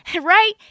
right